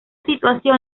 situación